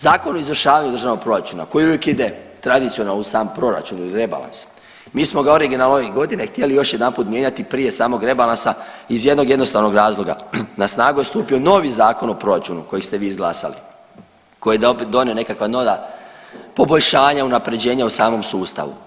Zakon o izvršavanju državnog proračuna koji uvijek ide tradicionalno uz sam proračun ili rebalans, mi smo ga originalno ove godine htjeli još jedanput mijenjati prije samog rebalansa iz jednog jednostavnog razloga, na snagu je stupio novi zakon o proračunu koji ste vi izglasali, koji donio nekakva nova poboljšanja i unaprjeđenja u samom sustavu.